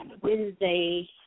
Wednesday